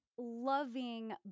loving